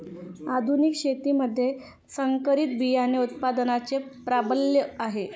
आधुनिक शेतीमध्ये संकरित बियाणे उत्पादनाचे प्राबल्य आहे